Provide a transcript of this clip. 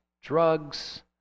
drugs